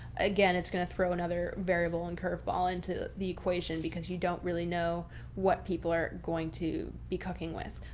again it's going to throw another variable and curve ball into the equation because you don't really know what people are going to be cooking with.